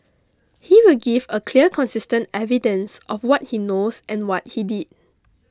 he will give a clear consistent evidence of what he knows and what he did